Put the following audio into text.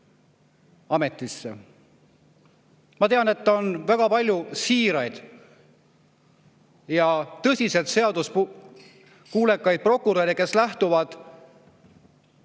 Ma tean, et on väga palju siiraid ja tõsiselt seaduskuulekaid prokuröre, kes lähtuvad